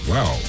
Wow